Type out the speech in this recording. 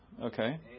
okay